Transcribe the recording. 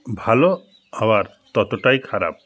ভালো আবার ততটাই খারাপ